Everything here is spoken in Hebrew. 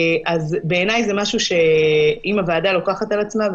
אם זה משהו שהוועדה לוקחת על עצמה,